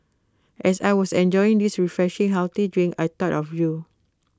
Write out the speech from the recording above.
as I was enjoying this refreshing healthy drink I thought of you